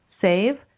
save